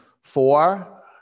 four